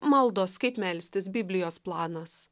maldos kaip melstis biblijos planas